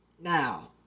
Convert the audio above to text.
Now